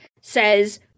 says